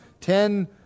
ten